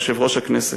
יושב-ראש הכנסת.